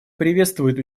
приветствует